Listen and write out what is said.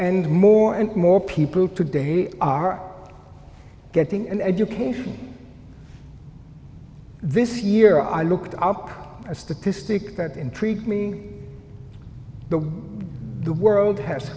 and more and more people today he are getting an education this year i looked up a statistic that intrigued me the way the world has